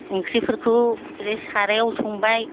ओंख्रिफोरखौ ओरै सारायाव संबाय